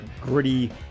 gritty